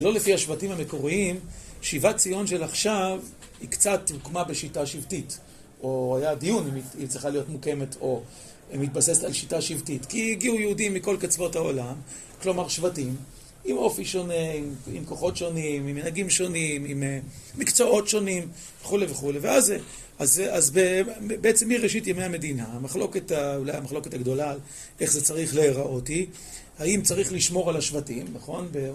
לא לפי השבטים המקוריים, שיבת ציון של עכשיו היא קצת הוקמה בשיטה שבטית, או... היה דיון אם היא צריכה להיות מוקמת או מתבססת על שיטה שבטית. כי הגיעו יהודים מכל קצוות העולם, כלומר שבטים, עם אופי שונה, עם כוחות שונים, עם מנהגים שונים, עם מקצועות שונים וכו' וכו'. ואז, אז בעצם מראשית ימי המדינה, המחלוקת ה... אולי המחלוקת הגדולה איך זה צריך להיראות היא - האם צריך לשמור על השבטים. נכון? ו...